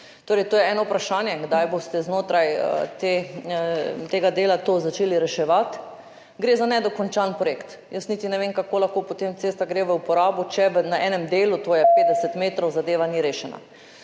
Torej, to je eno vprašanje, kdaj boste znotraj tega dela to začeli reševati. Gre za nedokončan projekt. Jaz niti ne vem, kako lahko potem cesta gre v uporabo, če na enem delu, to je 50 metrov, zadeva ni rešena.